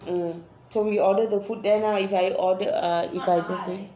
mm so we order the food there now if I order ah if I just